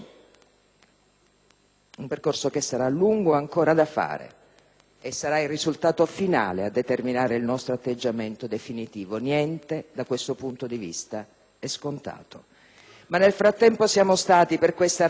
E sarà il risultato finale a determinare il nostro atteggiamento definitivo; niente, da questo punto di vista, è scontato. Ma nel frattempo siamo stati, per questa ragione e a pieno titolo, con la nostra proposta, nel percorso parlamentare